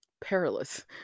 Perilous